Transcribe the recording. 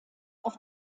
auf